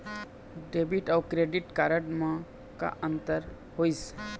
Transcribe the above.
Debit अऊ credit card म का अंतर होइस?